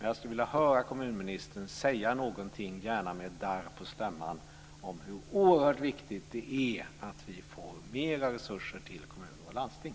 Jag skulle vilja höra kommunministern säga något, gärna med darr på stämman, om hur oerhört viktigt det är att vi får mer resurser till kommuner och landsting.